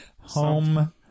home